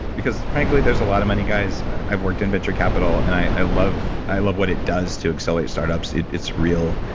because frankly, there's a lot of money guys. i've worked in venture capital, and i love i love what it does to accelerate startups. it's real,